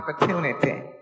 opportunity